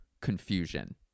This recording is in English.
confusion